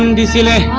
and da